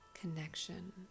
connection